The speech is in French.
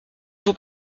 sont